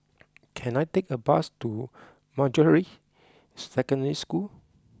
can I take a bus to Manjusri Secondary School